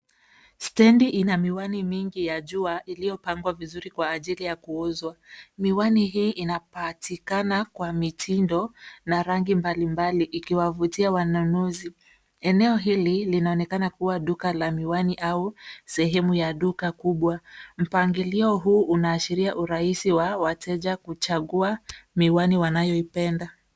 Stendi ina miwani mingi ya jua iliyopangwa vizuri kwa ajili ya kuuzwa. Miwani hii inapatikana kwa mitindo na rangi mbalimbali ikiwavutia wanunuzi. Eneo hili linaonekana kuwa duka la miwani au sehemu ya duka kubwa. Mpangilio huu unaashiria urahisi wa wateja kuchagua miwani wanayoipenda.